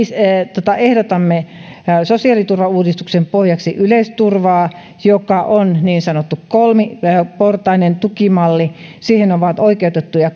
ehdotamme sosiaaliturvauudistuksen pohjaksi yleisturvaa joka on niin sanotusti kolmiportainen tukimalli siihen ovat oikeutettuja